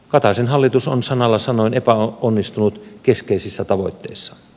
kataisen hallitus on sanalla sanoen epäonnistunut keskeisissä tavoitteissaan